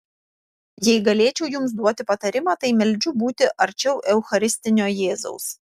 jei galėčiau jums duoti patarimą tai meldžiu būti arčiau eucharistinio jėzaus